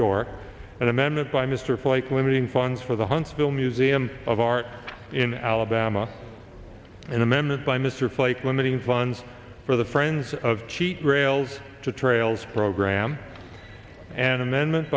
york and amended by mr flake limiting funds for the huntsville museum of art in alabama an amendment by mr flake limiting funds for the friends of cheat rails to trails program an amendment